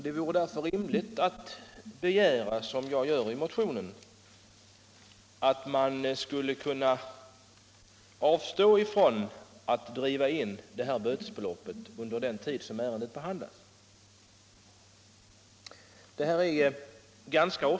Det vore därför rimligt att begära, som jag gör i motionen, att man avstår från att driva in bötesbeloppet under den tid ärendet behandlas.